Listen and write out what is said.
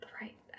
right